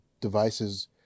devices